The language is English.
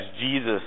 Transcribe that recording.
Jesus